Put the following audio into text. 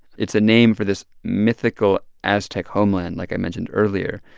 it's a name for this mythical aztec homeland, like i mentioned earlier.